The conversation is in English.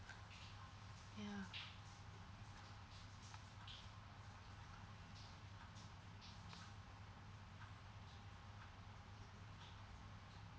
mm ya